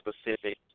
specific